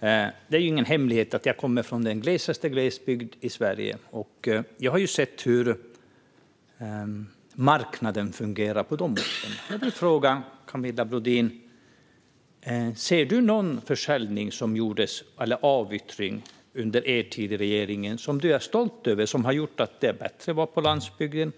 Det är ingen hemlighet att jag kommer från den glesaste glesbygd i Sverige. Jag har sett hur marknaden fungerar i dessa orter. Jag vill fråga Camilla Brodin om hon ser någon försäljning eller avyttring som gjordes under deras tid i regeringsställning som hon är stolt över. Skedde någon sådan som har gjort att det är bättre att vara på landsbygden?